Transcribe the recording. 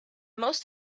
most